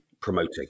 promoting